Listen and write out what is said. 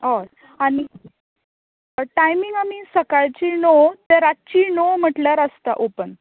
हय आनी टायमींग आमीं सकाळचीं णव ते रातची णव म्हणल्यार आसतात ऑपन